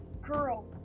girl